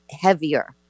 heavier